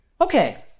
Okay